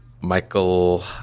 Michael